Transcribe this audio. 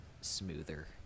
smoother